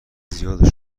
زیاد